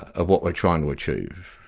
of what we're trying to achieve.